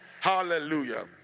Hallelujah